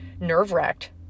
nerve-wracked